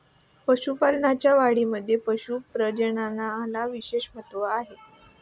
पशुपालनाच्या वाढीमध्ये पशु प्रजननाला विशेष महत्त्व आहे